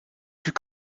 plus